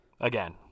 again